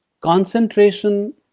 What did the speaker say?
concentration